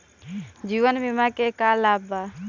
जीवन बीमा के का लाभ बा?